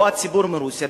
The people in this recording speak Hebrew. או הציבור מרוסיה,